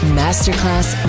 masterclass